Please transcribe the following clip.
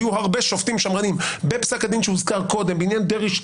היו הרבה שופטים שמרנים בפסק הדין שהוזכר קודם בעניין דרעי 2